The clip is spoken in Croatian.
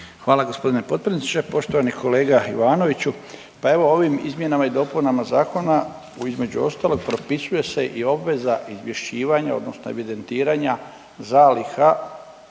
Hvala g. potpredsjedniče. Poštovani kolega Ivanoviću, pa evo ovim izmjenama i dopunama zakona između ostalog propisuje se i obveza izvješćivanja odnosno evidentiranja zaliha